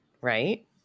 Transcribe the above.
right